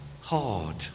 hard